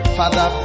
father